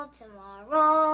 tomorrow